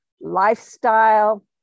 lifestyle